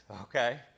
Okay